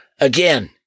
Again-